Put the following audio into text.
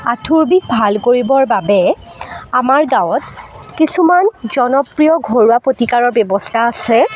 আঁঠুৰ বিষ ভাল কৰিবৰ বাবে আমাৰ গাঁৱত কিছুমান জনপ্ৰিয় ঘৰুৱা প্ৰতিকাৰৰ ব্যৱস্থা আছে